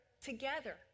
together